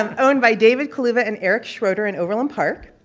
um owned by david kuluva and eric schroeder in overland park.